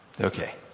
okay